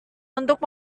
untuk